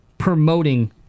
promoting